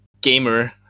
gamer